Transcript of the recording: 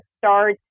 start